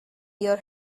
your